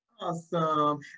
Awesome